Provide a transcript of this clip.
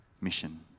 mission